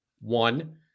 one